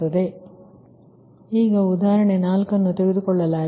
ಆದ್ದರಿಂದ ಈಗ ಉದಾಹರಣೆ 4ನ್ನು ತೆಗೆದುಕೊಳ್ಳಲಾಗಿದೆ